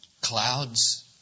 clouds